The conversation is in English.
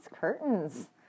curtains